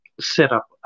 setup